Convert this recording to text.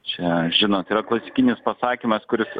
čia žinot yra klasikinis pasakymas kuris